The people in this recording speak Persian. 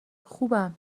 خوبم